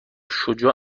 شجاع